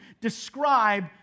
describe